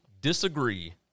disagree